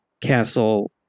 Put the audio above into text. castle